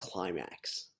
climax